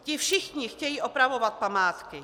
Ti všichni chtějí opravovat památky.